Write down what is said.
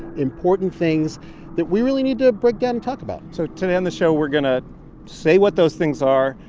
important things that we really need to break down and talk about so today on the show, we're going to say what those things are,